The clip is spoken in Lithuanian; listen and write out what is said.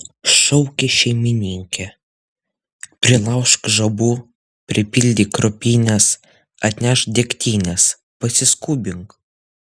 šaukė šeimininkė prilaužk žabų pripildyk ropines atnešk degtinės pasiskubink